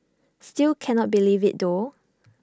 still cannot believe IT though